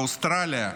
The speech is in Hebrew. באוסטרליה.